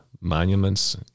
Monuments